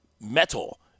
metal